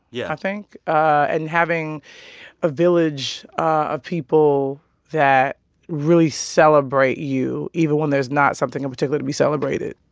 yeah. i think, and having a village of people that really celebrate you even when there's not something in particular to be celebrated.